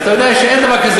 אתה ניהלת מערכות